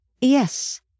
Yes